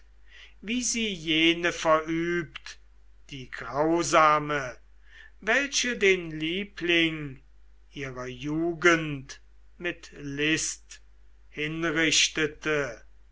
wie sie jene verübt die grausame welche den liebling ihrer jugend mit list hinrichtete